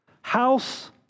House